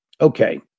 Okay